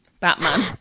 Batman